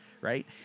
right